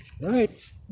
right